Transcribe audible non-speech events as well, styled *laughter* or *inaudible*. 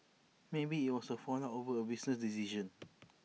maybe IT was A fallout over A business decision *noise*